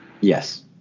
Yes